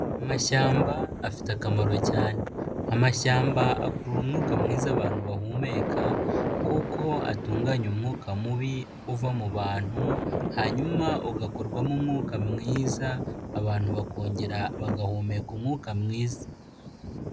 Amashyamba afite akamaro cyane. Amashyamba akurura umwuka mwiza abantu bahumeka kuko atunganya umwuka mubi uva mubantu, hanyuma ugakorwamo umwuka mwiza, abantu bakongera bagahumeka umwuka mwiza.